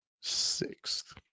sixth